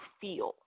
feel